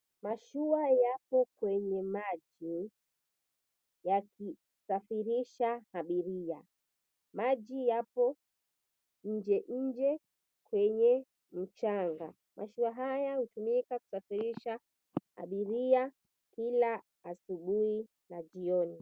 Mashua yapo kwenye maji yakisafirisha abiria. Maji yapo nje nje kwenye mchanga. Mashua haya hutumika kusafirisha abiria kila asubuhi na jioni.